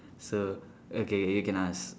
so okay you can ask